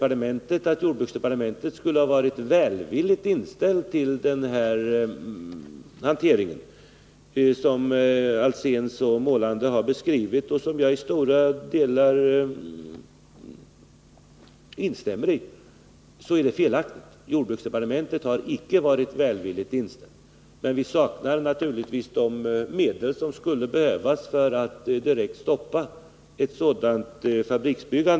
Påståendet att jordbruksdepartementet skulle ha varit välvilligt inställt till den här fabrikationen — som herr Alsén så målande beskrivit, en beskrivning som jag i stora delar kan instämma i — är felaktigt. Jordbruksdepartementet har icke varit välvilligt inställt. Men vi saknar de medel som skulle behövas för att direkt stoppa ett sådant här fabriksbygge.